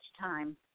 time